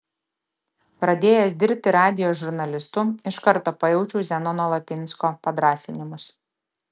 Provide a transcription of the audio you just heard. pradėjęs dirbti radijo žurnalistu iš karto pajaučiau zenono lapinsko padrąsinimus